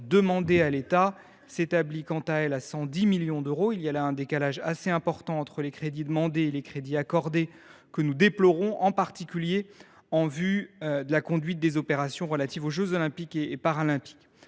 demandée à l’État s’établit, quant à elle, à 110 millions d’euros. Nous déplorons ce décalage assez important entre les crédits demandés et les crédits accordés, en particulier en vue de la conduite des opérations relatives aux jeux Olympiques et Paralympiques.